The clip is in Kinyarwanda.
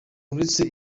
uretse